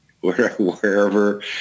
wherever